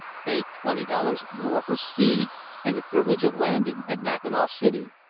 paid twenty dollars more for speed and the privilege of landing at mackinaw city.